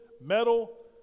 metal